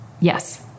yes